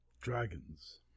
dragons